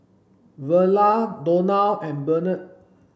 Verla Donal and Bernard